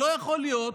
לא יכול להיות